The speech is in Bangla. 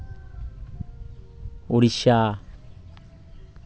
উড়িষ্যা